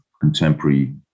contemporary